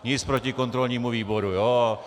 Nic proti kontrolnímu výboru, ano?